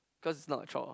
cause is not chore